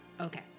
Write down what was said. Okay